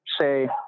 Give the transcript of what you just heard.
say